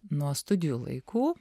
nuo studijų laikų